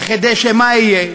כדי שמה יהיה?